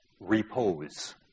repose